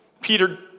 Peter